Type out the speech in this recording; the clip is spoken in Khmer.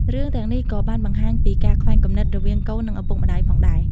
រឿងទាំងនេះក៏បានបង្ហាញពីការខ្វែងគំនិតរវាងកូននិងឪពុកម្តាយផងដែរ។